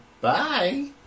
Bye